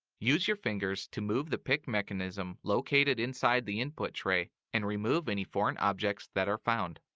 use your fingers to move the pick mechanism located inside the input tray and remove any foreign objects that are found.